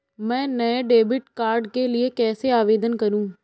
मैं नए debit card के लिए कैसे आवेदन करूं?